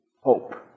hope